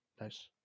Nice